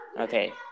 Okay